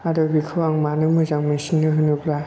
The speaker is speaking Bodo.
आरो बेखौ आं मानो मोजां मोनसिनो होनोब्ला